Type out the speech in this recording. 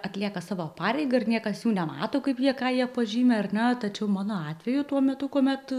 atlieka savo pareigą ir niekas jų nemato kaip jie ką jie pažymi ar ne tačiau mano atveju tuo metu kuomet